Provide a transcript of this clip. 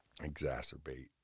exacerbate